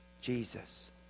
Jesus